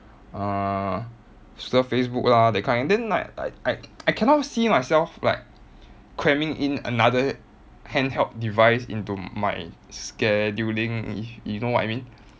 uh surf facebook lah that kind then like like I I cannot see myself like cramming in another handheld device into my scheduling you you know what I mean